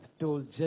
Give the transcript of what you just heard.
told